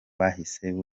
bahasize